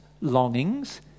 longings